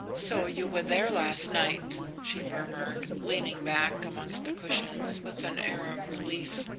so you were there last night? she murmured, leaning back amongst the cushions with an air of relief.